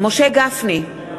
משה גפני,